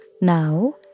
Now